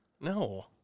No